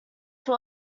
two